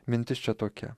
mintis čia tokia